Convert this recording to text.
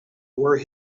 were